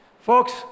Folks